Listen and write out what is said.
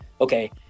Okay